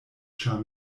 ĉar